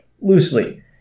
Loosely